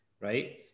right